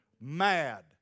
Mad